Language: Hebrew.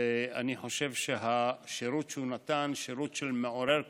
ואני חושב שהשירות שהוא נתן הוא שירות שמעורר כבוד.